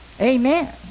amen